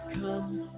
come